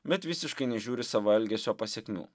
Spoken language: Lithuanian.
bet visiškai nežiūri savo elgesio pasekmių